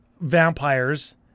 vampires